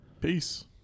Peace